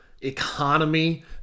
economy